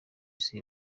isi